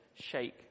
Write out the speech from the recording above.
shake